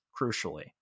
crucially